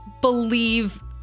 believe